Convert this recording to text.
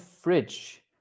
fridge